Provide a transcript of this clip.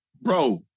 Bro